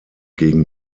gegen